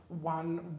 one